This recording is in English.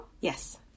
Yes